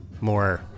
more